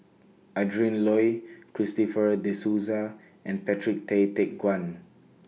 Adrin Loi Christopher De Souza and Patrick Tay Teck Guan